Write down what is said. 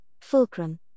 fulcrum